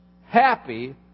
Happy